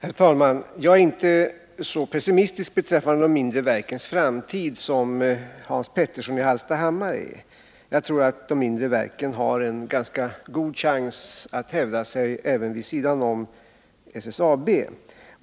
Herr talman! Jag är inte så pessimistisk beträffande de mindre verkens framtid som Hans Petersson i Hallstahammar är. Jag tror att de mindre verken har en ganska god chans att hävda sig även vid sidan av SSAB.